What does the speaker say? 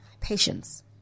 patience